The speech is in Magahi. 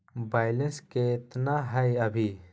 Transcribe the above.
बैलेंस केतना हय अभी?